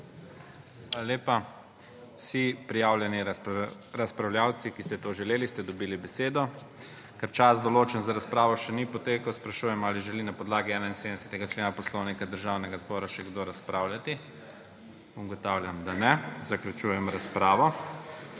lepa. Vsi prijavljeni razpravljavci, ki ste to želeli, ste dobili besedo. Ker čas, določen za razpravo, še ni potekel, sprašujem, ali želi na podlagi 71. člena Poslovnika Državnega zbora še kdo razpravljati? Ugotavljam, da ne. Zaključujem razpravo.